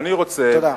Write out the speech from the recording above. תודה.